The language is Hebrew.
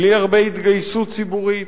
בלי הרבה התגייסות ציבורית,